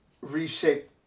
reshape